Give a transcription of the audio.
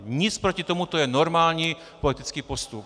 Nic proti tomu, to je normální politický postup.